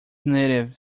native